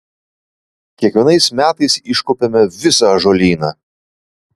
kiekvienais metais iškuopiame visą ąžuolyną